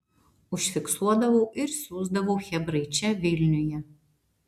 užfiksuodavau ir siųsdavau chebrai čia vilniuje